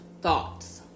thoughts